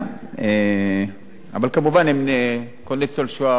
אבל מן הסתם כל ניצול שואה הוא קשיש,